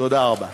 תודה רבה.